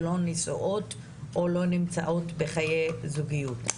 לא נשואות או לא נמצאות בחיי זוגיות.